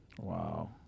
Wow